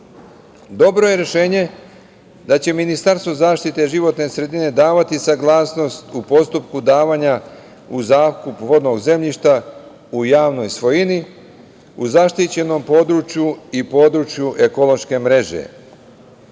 Dobro je rešenje da će Ministarstvo zaštite životne sredine davati saglasnost, u postupku davanja uz zakup vodnog zemljišta, u javnoj svojini, u zaštićenom području i području ekološke mreže.U